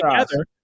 together